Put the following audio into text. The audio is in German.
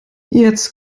jetzt